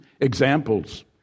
examples